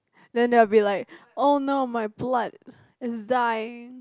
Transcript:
then there will be like oh no my blood is dying